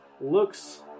looks